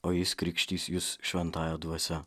o jis krikštys jus šventąja dvasia